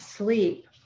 Sleep